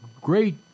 great